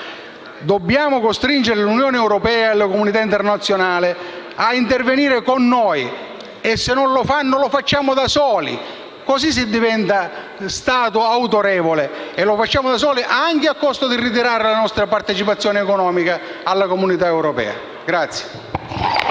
Dobbiamo costringere l'Unione europea e la comunità internazionale ad intervenire con noi e se non lo fanno lo faremo da soli. Così si diventa uno Stato autorevole. Lo faremo da soli anche a costo di ritirare la nostra partecipazione economica alla Comunità europea.